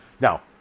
Now